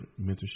mentorship